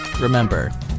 Remember